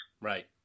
Right